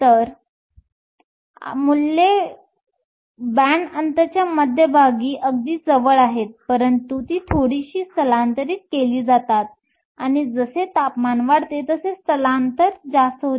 तर मूल्ये बँड अंतरच्या मध्यभागी अगदी जवळ आहेत परंतु ती थोडीशी स्थलांतरित केली जातात आणि जसे तापमान वाढते तसे स्थलांतर जास्त होते